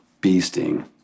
Beasting